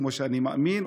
כמו שאני מאמין,